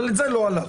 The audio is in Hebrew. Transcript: אבל על זה לא הלכתם,